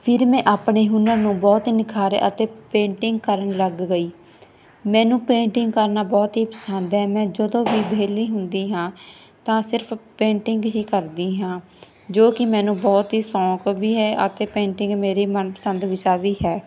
ਫਿਰ ਮੈਂ ਆਪਣੇ ਹੁਨਰ ਨੂੰ ਬਹੁਤ ਨਿਖਾਰਿਆ ਅਤੇ ਪੇਂਟਿੰਗ ਕਰਨ ਲੱਗ ਗਈ ਮੈਨੂੰ ਪੇਂਟਿੰਗ ਕਰਨਾ ਬਹੁਤ ਹੀ ਪਸੰਦ ਹੈ ਮੈਂ ਜਦੋਂ ਵੀ ਵਿਹਲੀ ਹੁੰਦੀ ਹਾਂ ਤਾਂ ਸਿਰਫ ਪੇਂਟਿੰਗ ਹੀ ਕਰਦੀ ਹਾਂ ਜੋ ਕਿ ਮੈਨੂੰ ਬਹੁਤ ਹੀ ਸੌਂਕ ਵੀ ਹੈ ਅਤੇ ਪੇਂਟਿੰਗ ਮੇਰੀ ਮਨ ਪਸੰਦ ਵਿਸ਼ਾ ਵੀ ਹੈ